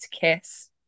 Kiss